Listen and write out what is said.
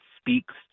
speaks